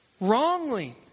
Wrongly